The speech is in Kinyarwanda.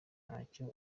ntacyo